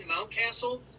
Mountcastle